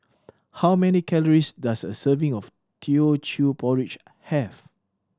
how many calories does a serving of Teochew Porridge have